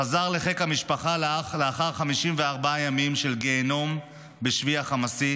חזר לחיק המשפחה לאחר 54 ימים של גיהינום בשבי החמאסי,